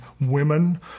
women